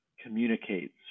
communicates